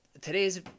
Today's